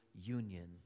union